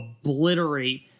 obliterate